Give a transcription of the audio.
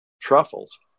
truffles